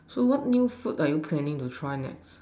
so what new food are you planning to try next